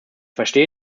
verstehe